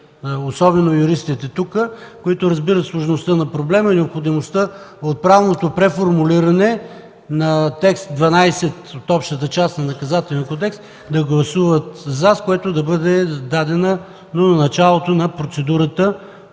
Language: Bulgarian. особено юристите тук, които разбират сложността на проблема и необходимостта от правното преформулиране на текст 12 от общата част на Наказателния кодекс, да гласуват „за”, с което да бъде дадено началото на процедурата